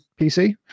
PC